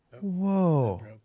Whoa